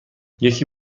یکی